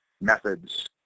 methods